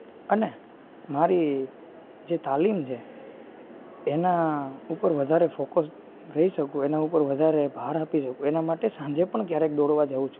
અને મારી જે તાલીમ છે એના ઉપર વધારે ફોકસ રહી શકું એના પર વધારે ભાર આપી શકું એના માટે સાંજે પણ ક્યારેક દોડવા જઉં છું